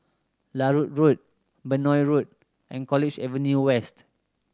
Larut Road Benoi Road and College Avenue West